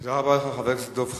תודה רבה לך, חבר הכנסת דב חנין.